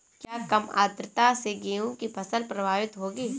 क्या कम आर्द्रता से गेहूँ की फसल प्रभावित होगी?